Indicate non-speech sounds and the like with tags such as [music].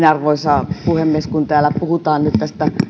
[unintelligible] arvoisa puhemies kun täällä puhutaan nyt